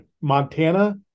Montana